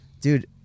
dude